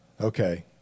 Okay